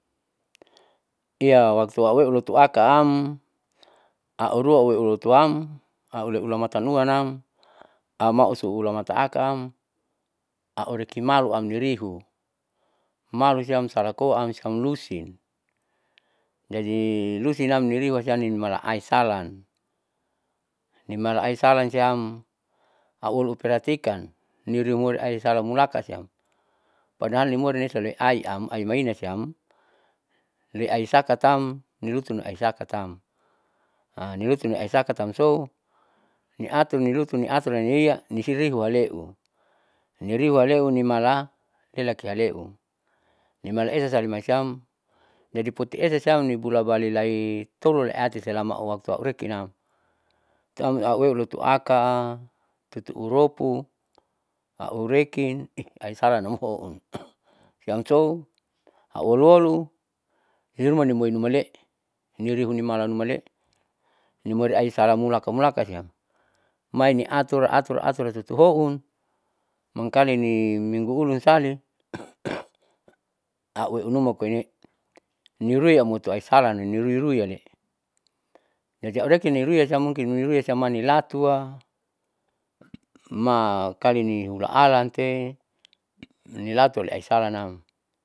Iya waktu awelotuakaam auruauelotuam aueulamatanuanam amausu ulamataakam aurekimaluamrihu malu siam salakoam siam lusin, jadi lusinam niriua siam nimala aisalan. nimala aisalan siam auuluperatikan niurimuri aisalamulaka siam padahal niumurisole'e aiam, aimana siam leaisakatam nilutuni isakatam nilutuni aisakatamso niatu ilutun niatun naniria nisirihiwaleu. wiriuwaleu nimala elakealeu nimala esa salimalasiam jadi putiesa siamni bulabale laitololiati selama auwaktu aurekinam tuam auwelulotuaka, tutuuropu, aurekin aisalanammoun siamso aulolu hirorumanimai nimale'e hinirihihunimalanumale'e. nimoriaisalamulaka mulaka siam maini atur atur aturti tutihoun mangkalini minggu ulun sali auuenumakoine'e nirui aumoto aisala niruiruiale'e, jadi aureke niruisiam mungkin niruisiam manilatua makalini hulaalante nilatuni aisalanam.